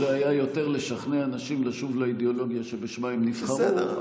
זה היה יותר לשכנע אנשים לשוב לאידיאולוגיה שבשמה הם נבחרו,